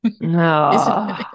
No